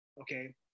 Okay